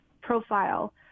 profile